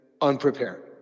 unprepared